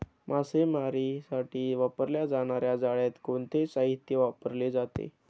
मासेमारीसाठी वापरल्या जाणार्या जाळ्यात कोणते साहित्य वापरले जाते?